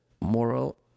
moral